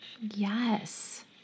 Yes